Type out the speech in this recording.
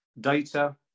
Data